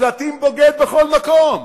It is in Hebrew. שלטים "בוגד" בכל מקום,